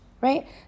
right